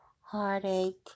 heartache